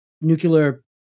nuclear